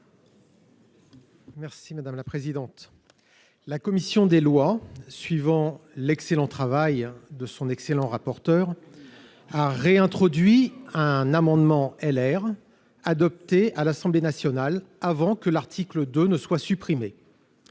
Merci madame la présidente, la commission des lois, suivant l'excellent travail de son excellent rapporteur a réintroduit un amendement LR adopté à l'Assemblée nationale avant que l'article de ne soit supprimé